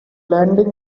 landing